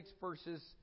verses